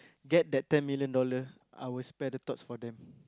get that ten million dollar I will spare a thought for them